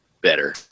better